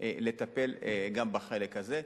לטפל גם בחלק הזה.